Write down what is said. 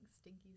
stinky